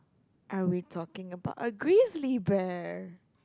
are we talking about a grizzly bear